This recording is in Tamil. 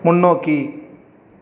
முன்னோக்கி